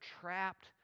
trapped